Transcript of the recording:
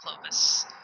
clovis